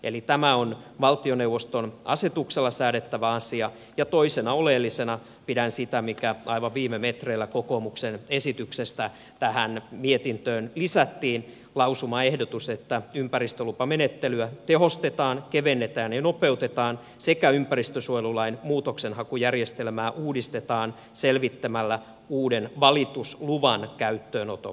eli tämä on valtioneuvoston asetuksella säädettävä asia ja toisena oleellisena pidän sitä mikä aivan viime metreillä kokoomuksen esityksestä tähän mietintöön lisättiin lausumaehdotusta että ympäristölupamenettelyä tehostetaan kevennetään ja nopeutetaan sekä ympäristönsuojelulain muutoksenhakujärjestelmää uudistetaan selvittämällä uuden valitusluvan käyttöönoton mahdollisuus